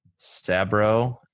sabro